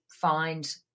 find